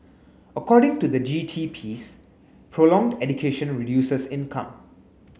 according to the G T piece prolonged education reduces income